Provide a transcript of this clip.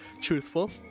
truthful